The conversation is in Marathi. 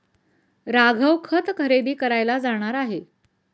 राघव खत खरेदी करायला जाणार आहे